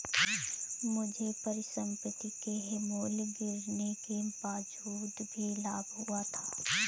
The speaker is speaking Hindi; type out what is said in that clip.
मुझे परिसंपत्ति के मूल्य गिरने के बावजूद भी लाभ हुआ था